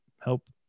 help